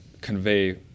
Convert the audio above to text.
convey